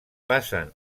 passen